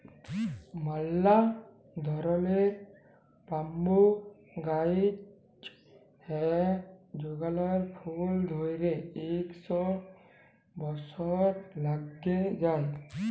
ম্যালা ধরলের ব্যাম্বু গাহাচ হ্যয় যেগলার ফুল ধ্যইরতে ইক শ বসর ল্যাইগে যায়